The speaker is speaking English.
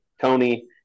Tony